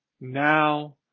now